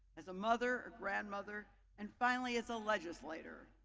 as a mother. grandmother and finally as a legislature.